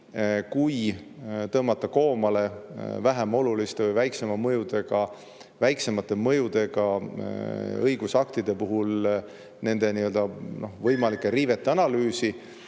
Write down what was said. kui tõmmata koomale vähem oluliste või väiksema mõjuga õigusaktide puhul võimalike riivete analüüsi.